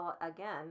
again